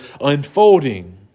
unfolding